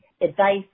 advice